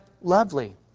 lovely